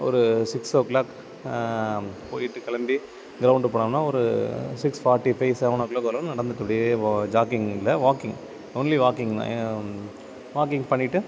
ஒரு six o'clock போயிட்டு கிளம்பி கிரவுண்டு போனோம்னா ஒரு six forty five seven o'clock வரையிலும் நடந்துட்டு அப்படியே ஜாக்கிங் இல்லை வாக்கிங் ஒன்லி வாக்கிங் தான் வாக்கிங் பண்ணிட்டு